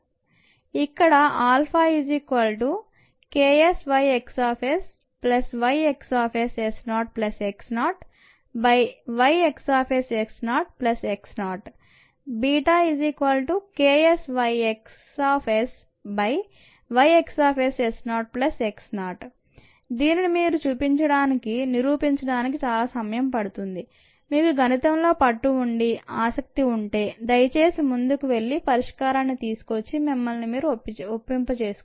t1mαln xx0 βln YxSS0x0 xYxSS0 t0 where αKSYxSYxSS0x0YxSS0x0 βKSYxSYxSS0x0 దీనిని మీకు నిరూపించడానికి చాలా సమయం పడుతుంది మీకు గణితంలో పట్టు ఉండి ఆసక్తి ఉంటే దయచేసి ముందుకు వెళ్ళి పరిష్కారాన్ని తీసుకొచ్చి మిమ్మల్ని మీరు ఒప్పింపచేసుకోండి